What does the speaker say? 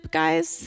guys